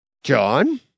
john